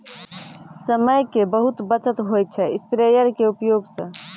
समय के बहुत बचत होय छै स्प्रेयर के उपयोग स